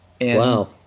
Wow